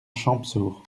champsaur